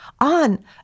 on